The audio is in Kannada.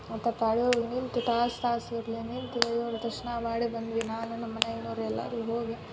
ಮತ್ತು ಪಾಳಿಯೊಳಗೆ ನಿಂತು ತಾಸು ತಾಸು ಇಲ್ಲೇ ನಿಂತು ದೇವ್ರ ದರ್ಶನ ಮಾಡಿ ಬಂದ್ವಿ ನಾನು ನಮ್ಮ ಮನ್ಯಾಗಿನವ್ರು ಎಲ್ಲರೂ ಹೋಗಿ